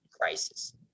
crisis